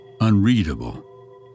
unreadable